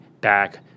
back